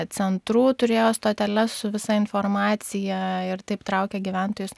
centrų turėjo stoteles su visa informacija ir taip traukia gyventojus